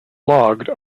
logged